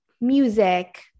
music